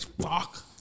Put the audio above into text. Fuck